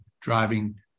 driving